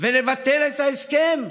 ולבטל את ההסכם?